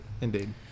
Indeed